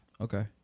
Okay